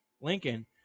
lincoln